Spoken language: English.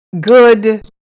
good